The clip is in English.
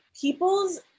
people's